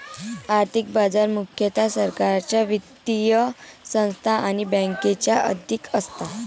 आर्थिक बाजार मुख्यतः सरकारच्या वित्तीय संस्था आणि बँकांच्या अधीन असतात